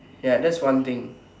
ya that's one thing